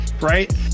right